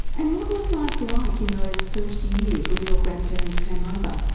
and what was life like in those first years when your grandparents came over?